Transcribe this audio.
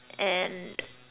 and